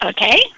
Okay